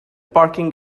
parking